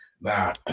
nah